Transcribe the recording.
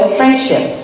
friendship